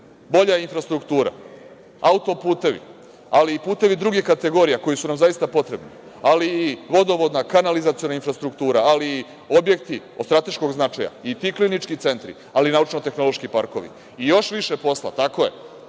Bolja infrastruktura, autoputevi, ali i putevi drugih kategorija koji su nam zaista potrebni, ali i vodovodna, kanalizaciona infrastruktura, ali i objekti od strateškog značaja i ti klinički centri, ali i naučno tehnološki parkovi. I još više posla, tako je,